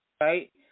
right